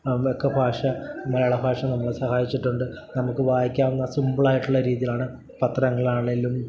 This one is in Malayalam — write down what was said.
നമുക്ക് ഭാഷ മലയാള ഭാഷ നമ്മളെ സഹായിച്ചിട്ടുണ്ട് നമുക്ക് വായിക്കാവുന്ന സിമ്പിളായിട്ടുള്ള രീതിയിലാണ് പത്രങ്ങളാണെങ്കിലും